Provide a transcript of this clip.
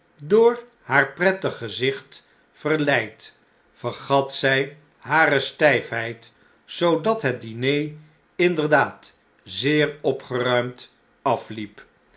door haar prettig gezicht verleid vergat zjj hare styt'heid zoodat het diner inderdaad zeer opgeruimd afliep